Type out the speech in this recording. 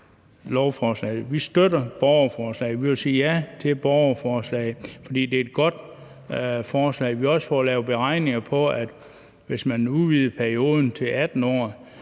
beslutningsforslaget. Vi støtter borgerforslaget, vi vil sige ja til borgerforslaget, for det er et godt forslag. Vi har også fået lavet beregninger af, at hvis man udvidede perioden til 18 år,